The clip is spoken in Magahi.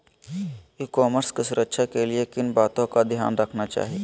ई कॉमर्स की सुरक्षा के लिए किन बातों का ध्यान रखना चाहिए?